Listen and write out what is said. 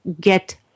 get